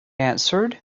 answered